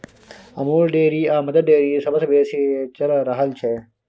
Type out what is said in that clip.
Amul dairy आ Mother Dairy सबसँ बेसी चलि रहल छै